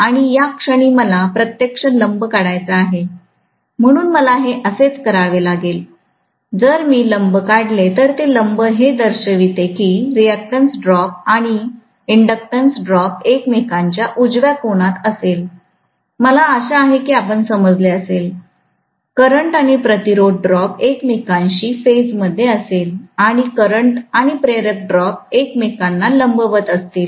आणि या क्षणी मला प्रत्यक्ष लंब काढायचा आहे म्हणून मला हे असेच घ्यावे लागेल जर मी लंब काढले तर ते लंब हे दर्शविते की रेझिस्टन्स ड्रॉप आणि इंडक्टन्स ड्रॉप एकमेकांच्या उजव्या कोनात असेल मला आशा आहे की आपण समजले असेल करंट आणि प्रतिरोध ड्रॉप एकमेकांशी फेज मद्धे असेल आणि करंट आणि प्रेरक ड्रॉप एकमेकांना लंबवत असतील